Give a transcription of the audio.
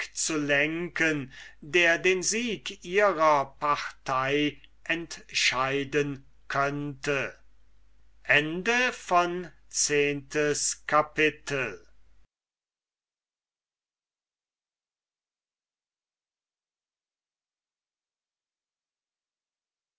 zu lenken der den sieg ihrer partei entscheiden könnte eilftes kapitel